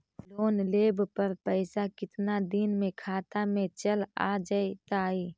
Loan लेब पर पैसा कितना दिन में खाता में चल आ जैताई?